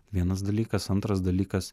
vienas dalykas antras dalykas